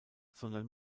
sondern